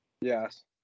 yes